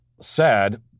sad